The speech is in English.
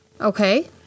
Okay